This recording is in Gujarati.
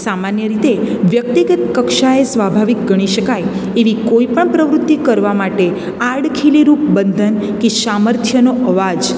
સામાન્ય રીતે વ્યક્તિગત કક્ષાએ સ્વાભાવિક ગણી શકાય એવી કોઈ પણ પ્રવૃત્તિ કરવા માટે આડ ખીલી રૂપ બંધન કે સામર્થ્યનો અવાજ એને